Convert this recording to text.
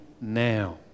now